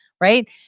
right